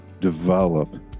develop